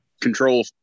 control